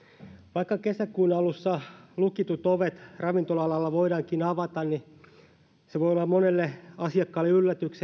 vaikka kesäkuun alussa lukitut ovet ravintola alalla voidaankin avata niin se voi olla monelle asiakkaalle yllätys